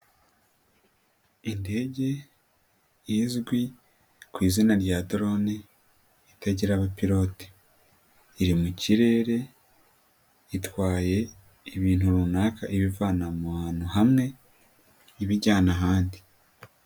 Indege izwi ku izina rya drone, itagira abapilote. Iri mu kirere, itwaye ibintu runaka ibivana ahantu hamwe, ibijyana ahandi.